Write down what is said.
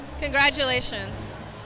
Congratulations